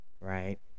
right